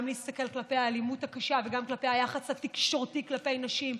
גם להסתכל על האלימות הקשה וגם על היחס התקשורתי כלפי נשים.